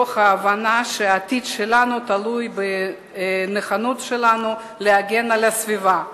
מתוך ההבנה שהעתיד שלנו תלוי בנכונות שלנו להגן על הסביבה.